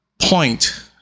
point